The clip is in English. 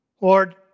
Lord